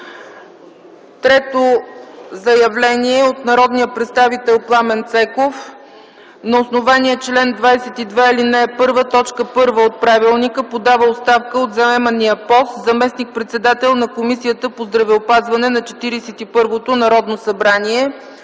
Трето заявление от народния представител Пламен Цеков. На основание чл. 22, ал. 1, т. 1 от Правилника подава оставка от заемания пост – заместник-председател на Комисията по здравеопазването на Четиридесет